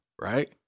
right